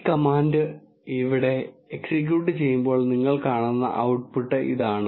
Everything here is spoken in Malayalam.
ഈ കമാൻഡ് ഇവിടെ എക്സിക്യൂട്ട് ചെയ്യുമ്പോൾ നിങ്ങൾ കാണുന്ന ഔട്ട്പുട്ട് ഇതാണ്